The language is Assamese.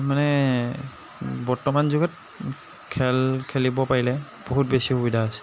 মানে বৰ্তমান যুগত খেল খেলিব পাৰিলে বহুত বেছি সুবিধা আছে